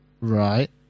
Right